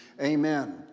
Amen